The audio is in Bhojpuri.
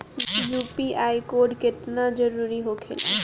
यू.पी.आई कोड केतना जरुरी होखेला?